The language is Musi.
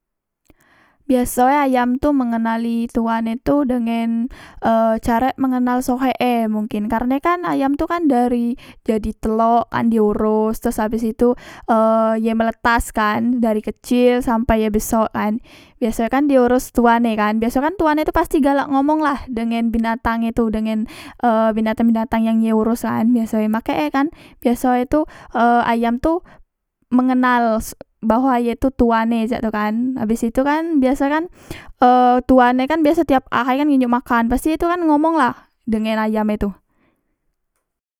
Biasoe ayam tu mengenali tuane tu dengen e carek mengenak sohek mungkin karne kan ayam tu kan dari jadi telok kan di oros terus abes itu e ye menetas kan dari kecil sampe ye besok kan biaso e kan dioros tuan e kan biasoe kan tuane tu pasti galak ngomong lah dengen binatang itu dengen e binatang binatang yang ye oros kan biasoe e makek e kan biasoe tu e ayam tu mengenal bahwa ye tu tuane cak tu kan abes itu kan biaso e kan e tuane kan biaso tiap ahay ngenjok makan pasti ye tu kan ngomong lah dengan ayam etu